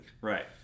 Right